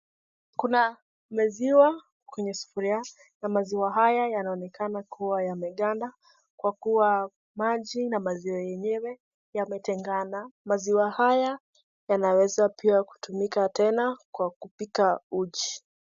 Kuna maziwa kwenye sufuria na maziwa haya yanaonekana kuwa yameganda kwa kuwa maji na maziwa yenyewe yametengana. Maziwa haya yanaweza pia kutumika tena kwa kupika uji.